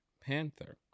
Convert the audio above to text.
Panther